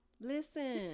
Listen